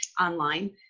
online